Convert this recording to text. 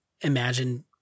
imagine